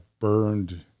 burned